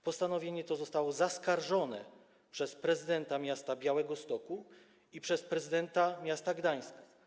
Postanowienie to zostało zaskarżone przez prezydenta miasta Białegostoku i przez prezydenta miasta Gdańska.